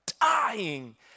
dying